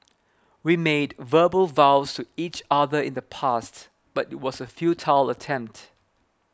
we made verbal vows to each other in the past but it was a futile attempt